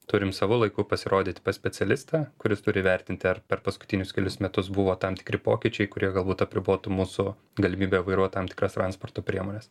turim savu laiku pasirodyt pas specialistą kuris turi įvertinti ar per paskutinius kelius metus buvo tam tikri pokyčiai kurie galbūt apribotų mūsų galimybę vairuoti tam tikras transporto priemones